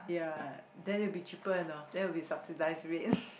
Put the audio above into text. ya then will be cheaper you know then will be subsidised rate